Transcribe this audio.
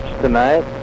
tonight